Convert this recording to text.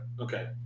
Okay